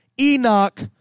Enoch